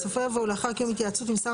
באם יימצא שלא,